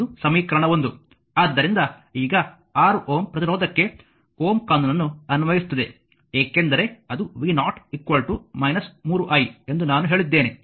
ಆದ್ದರಿಂದ ಈಗ 6 Ω ಪ್ರತಿರೋಧಕಕ್ಕೆ Ω ಕಾನೂನನ್ನು ಅನ್ವಯಿಸುತ್ತಿದೆ ಏಕೆಂದರೆ ಅದು v0 3i ಎಂದು ನಾನು ಹೇಳಿದ್ದೇನೆ